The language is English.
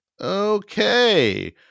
Okay